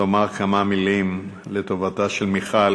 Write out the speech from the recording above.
לומר כמה מילים לטובתה של מיכל,